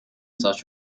such